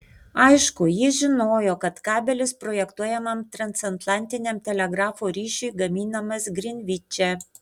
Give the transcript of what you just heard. aišku jis žinojo kad kabelis projektuojamam transatlantiniam telegrafo ryšiui gaminamas grinviče